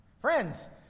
Friends